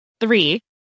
Three